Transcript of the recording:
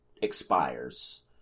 expires